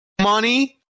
money